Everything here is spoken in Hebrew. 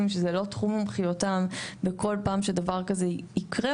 שהם לא בתחום מומחיותם בכל פעם שדבר כזה יקרה,